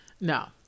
no